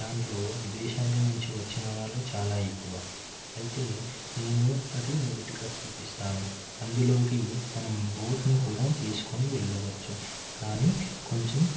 దాంట్లో విదేశాల నుంచి వచ్చిన వాళ్ళు చాలా ఎక్కువ అయితే నేను అది మొదటగా చూపిస్తాను అందులోకి మనం బోట్ను కూడా తీసుకొని వెళ్ళవచ్చు కానీ కొంచెం